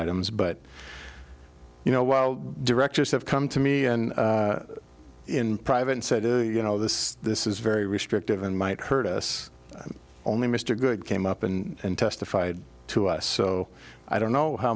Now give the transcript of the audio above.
items but you know while directors have come to me and in private and said you know this this is very restrictive and might hurt us only mr good came up and testified to us so i don't